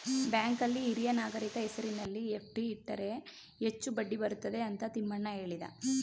ಬ್ಯಾಂಕಲ್ಲಿ ಹಿರಿಯ ನಾಗರಿಕರ ಹೆಸರಿನಲ್ಲಿ ಎಫ್.ಡಿ ಇಟ್ಟರೆ ಹೆಚ್ಚು ಬಡ್ಡಿ ಬರುತ್ತದೆ ಅಂತ ತಿಮ್ಮಣ್ಣ ಹೇಳಿದ